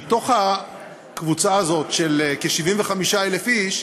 מתוך הקבוצה הזאת של כ-75,000 איש,